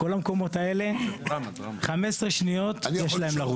כל המקומות האלה, 15 שניות יש להם לרוץ.